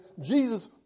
Jesus